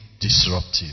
disruptive